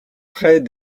prés